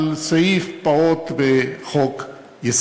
על סעיף פעוט בחוק-יסוד.